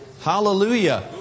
Hallelujah